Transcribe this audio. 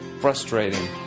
frustrating